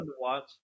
watch